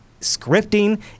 scripting